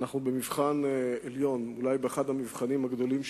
במבחן עליון, אולי באחד המבחנים הגדולים שלנו,